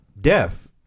deaf